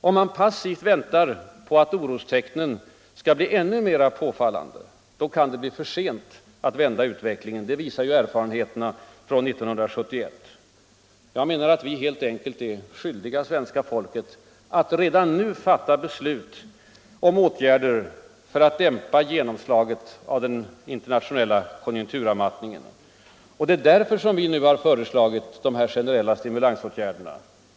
Om man passivt väntar på att orostecknen skall bli ännu mer påfallande, då kan det vara för sent att vända utvecklingen. Det visar erfarenheterna från 1971. Jag menar att vi helt enkelt är skyldiga svenska folket att redan nu fatta beslut om åtgärder för att dämpa genomslaget av den internationella konjunkturavmattningen. Det är därför som vi nu har föreslagit generella stimulansåtgärder.